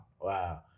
Wow